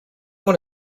want